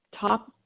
top